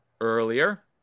earlier